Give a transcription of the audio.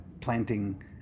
planting